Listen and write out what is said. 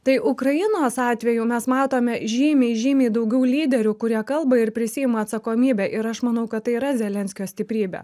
tai ukrainos atveju mes matome žymiai žymiai daugiau lyderių kurie kalba ir prisiima atsakomybę ir aš manau kad tai yra zelenskio stiprybė